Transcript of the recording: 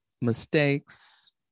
Mistakes